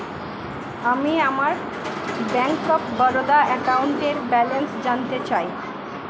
আমি আমার bank of Baroda অ্যাকাউন্টের ব্যালেন্স জানতে চাই